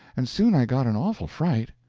and soon i got an awful fright.